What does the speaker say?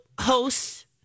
hosts